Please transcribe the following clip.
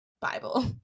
bible